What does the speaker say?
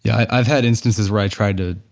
yeah i've had instances where i tried to,